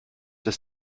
das